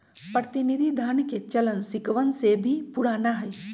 प्रतिनिधि धन के चलन सिक्कवन से भी पुराना हई